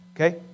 Okay